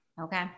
Okay